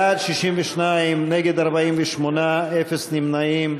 בעד, 62, נגד, 48, אפס נמנעים.